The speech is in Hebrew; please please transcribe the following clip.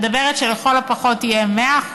מדברת על כך שלכל הפחות יהיו 100%,